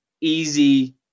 easy